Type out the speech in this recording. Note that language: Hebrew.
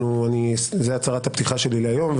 זו הצהרת הפתיחה שלי היום.